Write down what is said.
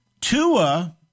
Tua